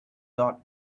dot